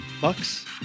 Bucks